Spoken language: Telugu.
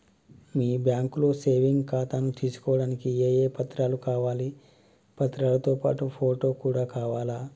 మీ బ్యాంకులో సేవింగ్ ఖాతాను తీసుకోవడానికి ఏ ఏ పత్రాలు కావాలి పత్రాలతో పాటు ఫోటో కూడా కావాలా?